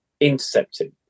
intercepting